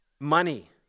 Money